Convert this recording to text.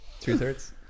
Two-thirds